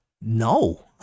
no